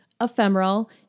ephemeral